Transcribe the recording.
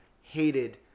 hated